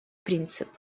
принцип